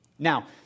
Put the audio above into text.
Now